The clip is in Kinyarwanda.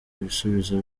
ibisubizo